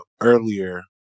earlier